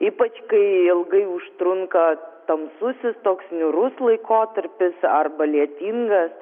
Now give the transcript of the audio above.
ypač kai ilgai užtrunka tamsusis toks niūrus laikotarpis arba lietingas